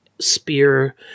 spear